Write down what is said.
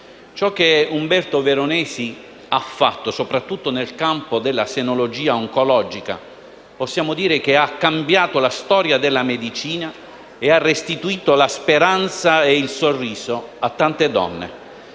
Ciò che Umberto Veronesi ha fatto, soprattutto nel campo della senologia oncologica, possiamo dire che ha cambiato la storia della medicina e ha restituito la speranza e il sorriso a tante donne.